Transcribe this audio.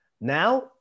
Now